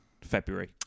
February